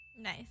nice